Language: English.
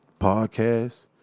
podcast